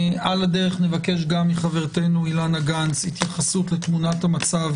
על הדרך נבקש מחברתנו אילנה גנס התייחסות לתמונת המצב